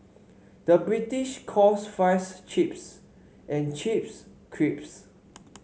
the British calls fries chips and chips crisps